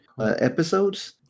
episodes